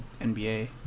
NBA